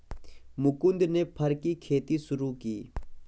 मुकुन्द ने फर की खेती शुरू की